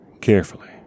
carefully